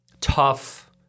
tough